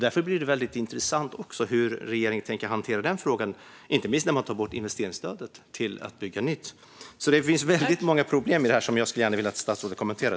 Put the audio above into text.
Därför blir det väldigt intressant hur regeringen tänker hantera den frågan, inte minst när man tar bort investeringsstödet till att bygga nytt. Det finns alltså väldigt många problem i detta som jag gärna skulle vilja att statsrådet kommenterade.